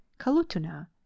Kalutuna